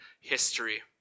history